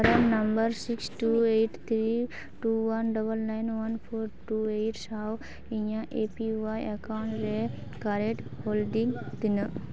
ᱯᱨᱟᱱ number eight three two one double nine one four two eight ᱥᱟᱶ ᱤᱧᱟᱹᱜ A P Y account ᱨᱮ current ᱯᱷᱳᱞᱰᱤᱝ ᱛᱤᱱᱟᱹᱜ